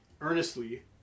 earnestly